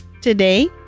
Today